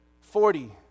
Forty